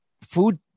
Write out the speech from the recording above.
food